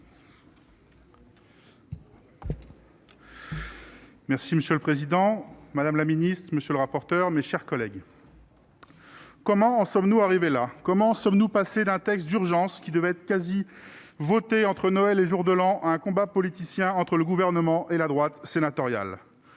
Dossus. Monsieur le président, madame la ministre, mes chers collègues, comment en sommes-nous arrivés là ? Comment sommes-nous passés d'un texte d'urgence, qui devait quasiment être voté entre Noël et le jour de l'an, à un combat politicien entre le Gouvernement et la droite sénatoriale ?